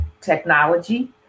technology